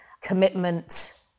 commitment